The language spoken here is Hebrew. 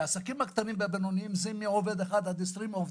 העסקים הקטנים והבינוניים זה אומר עד 20 עובדים.